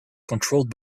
controlled